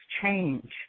change